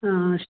हा अस्तु